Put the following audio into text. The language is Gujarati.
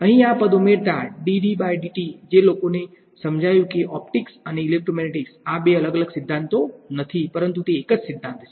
અહીં આ પદ ઉમેરતા dDdt જે લોકોને સમજાયું કે ઓપ્ટિક્સ અને ઇલેક્ટ્રોમેગ્નેટિક્સ આ બે અલગ અલગ સિદ્ધાંતો નથી પરંતુ તે એક જ સિદ્ધાંત છે